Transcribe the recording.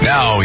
Now